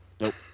nope